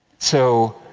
so.